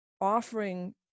offering